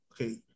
okay